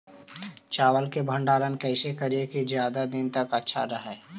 चावल के भंडारण कैसे करिये की ज्यादा दीन तक अच्छा रहै?